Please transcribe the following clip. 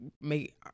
make